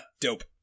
Dope